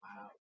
Wow